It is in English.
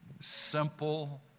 simple